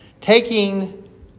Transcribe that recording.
taking